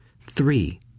three